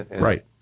Right